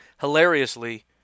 hilariously